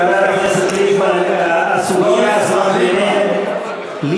חבר הכנסת ליפמן, הסוגיה הזאת באמת, לא ליצמן,